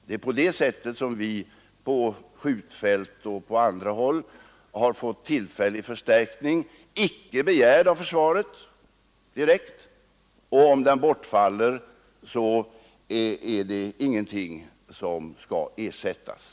Det är på detta sätt som vi på skjutfält och på andra håll har fått tillfällig förstärkning. Denna är såvitt jag vet icke direkt begärd av försvaret, och om den bortfaller så är det ingenting som skall ersättas.